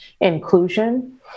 inclusion